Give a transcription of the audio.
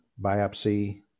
biopsy